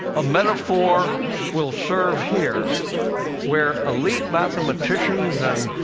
a metaphor will serve here where elite mathematicians and